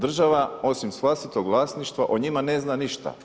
Država osim vlastitog vlasništva o njima ne zna ništa.